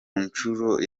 ncuro